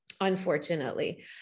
unfortunately